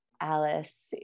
Alice